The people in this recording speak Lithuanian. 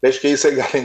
reiškia jisai gali